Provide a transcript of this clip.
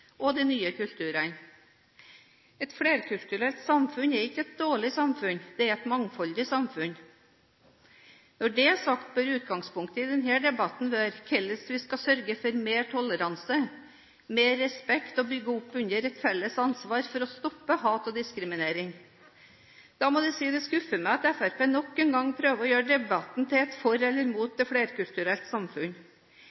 og de nye kulturene. Et flerkulturelt samfunn er ikke et dårlig samfunn, det er et mangfoldig samfunn. Når det er sagt, bør utgangspunktet i denne debatten være hvordan vi skal sørge for mer toleranse og mer respekt, og bygge opp under et felles ansvar for å stoppe hat og diskriminering. Da må jeg si det skuffer meg at Fremskrittspartiet nok en gang prøver å gjøre debatten til et for eller